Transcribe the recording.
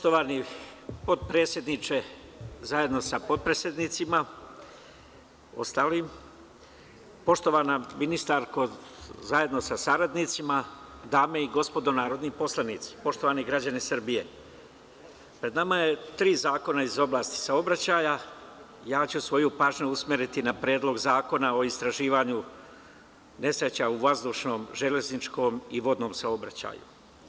Poštovani potpredsedniče, zajedno sa potpredsednicima, ostalim, poštovana ministarko zajedno sa saradnicima, dame i gospodo narodni poslanici, poštovani građani Srbije, pred nama je tri zakona iz oblasti saobraćaja, ja ću svoju pažnju usmeriti na Predlog zakona o istraživanju nesreća u vazdušnom, železničkom i vodnom saobraćaju.